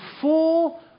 full